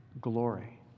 glory